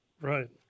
Right